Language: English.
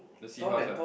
the seahorse ah